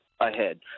ahead